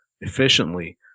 efficiently